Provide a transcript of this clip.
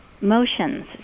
motions